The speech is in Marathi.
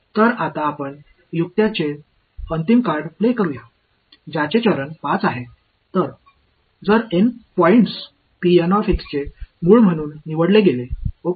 तर आता आपण युक्त्या चे अंतिम कार्ड प्ले करूया ज्याचे चरण 5 आहे जर एन पॉईंट्स चे मूळ म्हणून निवडले गेले ओके